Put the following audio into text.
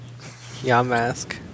Yamask